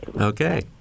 Okay